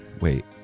Wait